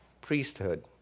priesthood